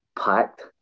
packed